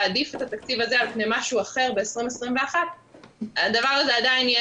להעדיף את התקציב הזה על פני משהו אחר ב-2021 הדבר הזה עדיין יהיה